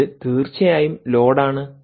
ഇത് തീർച്ചയായും ലോഡ് ആണ്